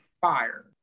fire